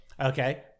Okay